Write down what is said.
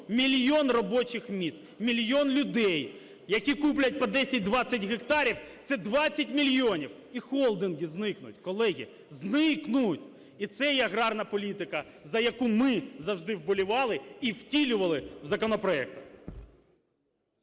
мільйон робочих місць, мільйон людей, які куплять по 10-20 гектарів – це 20 мільйонів, і холдинги зникнуть, колеги, зникнуть. І це є аграрна політика, за яку ми завжди вболівали і втілювали в законопроектах.